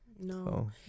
No